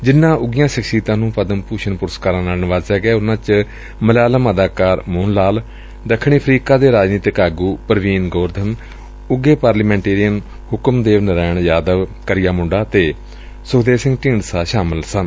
ਜ਼ਿਲ੍ਹਾ ਉਘੀਆਂ ਸ਼ਖਸੀਅਤਾਂ ਨੂੰ ਪਦਮ ਭੂਸ਼ਨ ਪੁਰਸਕਾਰ ਨਾਲ ਨਿਵਾਜਿਆ ਗਿਆ ਉਨੂਂ ਚ ਮਲਿਆਲਮ ਅਦਾਕਾਰ ਮੋਹਨ ਲਾਲ ਦੱਖਣੀ ਅਫਰੀਕਾ ਦੇ ਰਾਜਨੀਤਕ ਆਗੁ ਪਰਵੀਨ ਗੋਰਧਨ ਉਘੇ ਪਾਰਲੀਮੈਂਟੇ ਰੀਅਨ ਹੁਕਮਦੇਵ ਨਰਾਇਣ ਯਾਦਵ ਕਰੀਆ ਮੂੰਡਾ ਅਤੇ ਸੁਖਦੇਵ ਸਿੰਘ ਢੀਂਡਸਾ ਸ਼ਾਮਲ ਸਨ